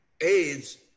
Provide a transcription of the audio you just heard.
AIDS